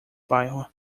bairro